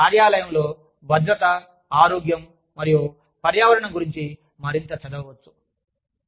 మరియు కార్యాలయంలో భద్రత ఆరోగ్యం మరియు పర్యావరణం గురించి మరింత చదవవచ్చు